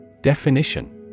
Definition